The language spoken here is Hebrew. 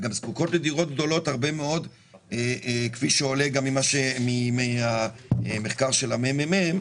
וגם זקוקות לדירות גדולות הרבה מאוד כפי שעולה מהמחקר של הממ"מ,